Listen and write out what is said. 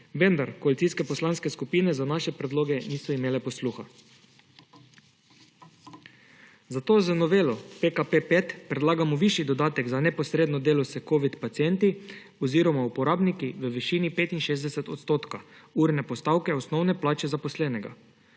vendar koalicijske poslanske skupine za naše predloge niso imele posluha. Zato z novelo PKP 5 predlagamo višji dodatek za neposredno delo s covid pacienti oziroma uporabniki v višini 65 % urne postavke osnovne plače zaposlenega,